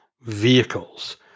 vehicles